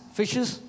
fishes